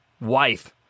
wife